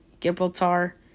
Gibraltar